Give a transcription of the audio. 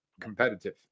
competitive